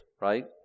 right